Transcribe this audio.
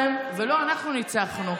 לא אתם ניצחתם ולא אנחנו ניצחנו,